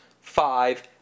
five